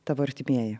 tavo artimieji